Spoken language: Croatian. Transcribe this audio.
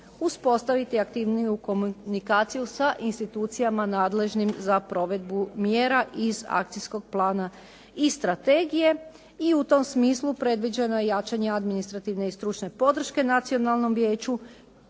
uspostaviti aktivniju komunikaciju da institucijama nadležnim za provedbu mjera iz akcijskog plana i strategije i u tom smislu predviđeno je jačanje administrativne i stručne podrške Nacionalnom vijeću.